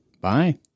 Bye